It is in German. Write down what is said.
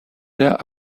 der